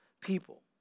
people